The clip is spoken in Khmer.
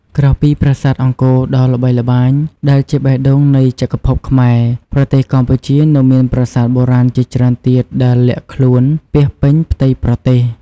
ក្រៅពីប្រាសាទអង្គរដ៏ល្បីល្បាញ ដែលជាបេះដូងនៃចក្រភពខ្មែរ ប្រទេសកម្ពុជានៅមានប្រាសាទបុរាណជាច្រើនទៀតដែលលាក់ខ្លួនពាសពេញផ្ទៃប្រទេស។